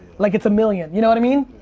like it's a million, you know what i mean?